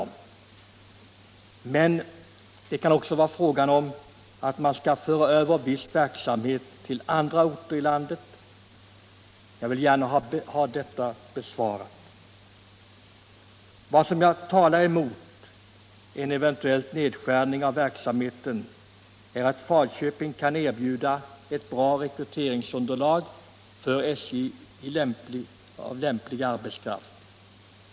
Men det kan också vara fråga om att föra över viss verksamhet till andra orter i landet. Jag vill gärna ha ett besked på den punkten. Vad som talar emot en eventuell nedskärning av verksamheten är att Falköping kan erbjuda ett bra rekryteringsunderlag av lämplig arbetskraft för SJ.